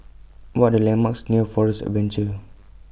What Are The landmarks near Forest Adventure